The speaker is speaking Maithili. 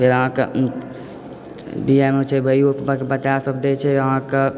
फेर अहाँकऽ बी ए मे छै भैओ बतय सभ दय छै अहाँके